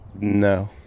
No